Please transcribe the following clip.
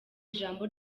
ijambo